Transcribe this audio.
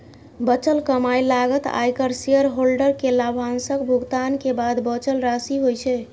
बचल कमाइ लागत, आयकर, शेयरहोल्डर कें लाभांशक भुगतान के बाद बचल राशि होइ छै